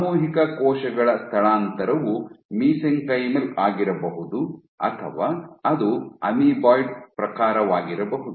ಸಾಮೂಹಿಕ ಕೋಶಗಳ ಸ್ಥಳಾಂತರವು ಮಿಸೆಂಕೈಮಲ್ ಆಗಿರಬಹುದು ಅಥವಾ ಅದು ಅಮೀಬಾಯ್ಡ್ ಪ್ರಕಾರವಾಗಿರಬಹುದು